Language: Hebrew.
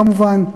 כמובן.